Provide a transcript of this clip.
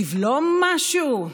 לבלום משהו?